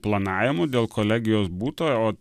planavimu dėl kolegijos būta o